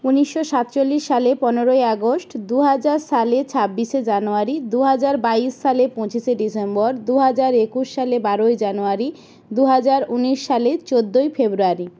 উনিশশো সাতচল্লিশ সালে পনেরোই আগস্ট দু হাজার সালে ছাব্বিশে জানুয়ারি দু হাজার বাইশ সালে পঁচিশে ডিসেম্বর দু হাজার একুশ সালে বারোই জানুয়ারি দু হাজার উনিশ সালে চোদ্দই ফেব্রুয়ারি